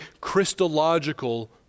Christological